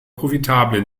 profitable